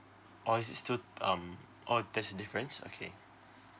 or is it still um oh there's a difference okay